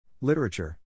Literature